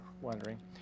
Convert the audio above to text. wondering